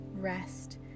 rest